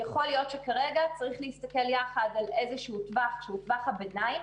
יכול להיות שכרגע צריך להסתכל יחד על איזשהו טווח שהוא טווח הביניים,